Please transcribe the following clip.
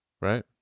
right